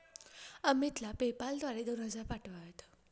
अमितला पेपाल द्वारे दोन हजार पाठवावेत